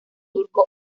turco